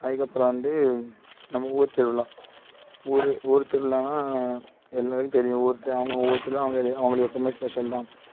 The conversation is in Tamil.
அதுக்கப்பறம் வந்து நம்ம ஊர் திருவிழா ஊர் ஊர் திருவிழான்னா எல்லோருக்கும் தெரியும் ஊர் தி அவங்க ஊர் திருவிழா அவங்களே அவங்களுக்கு எப்பவுமே ஸ்பெஷல் தான்